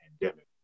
pandemic